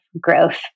growth